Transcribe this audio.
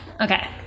okay